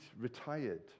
retired